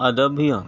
آداب بھیّا